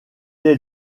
est